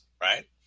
Right